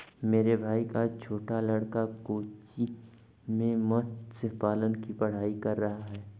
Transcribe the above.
मेरे भाई का छोटा लड़का कोच्चि में मत्स्य पालन की पढ़ाई कर रहा है